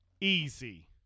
Easy